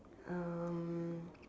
um